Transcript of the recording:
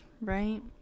right